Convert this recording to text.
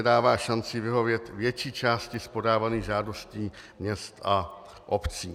Dává šanci vyhovět větší části z podávaných žádostí měst a obcí.